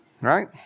Right